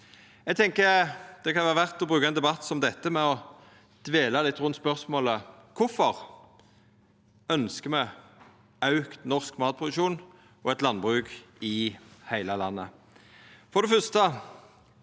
Eg tenkjer det kan vera verdt å bruka ein debatt som dette til å dvela litt rundt spørsmålet: Kvifor ønskjer me auka norsk matproduksjon og eit landbruk i heile landet?